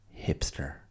Hipster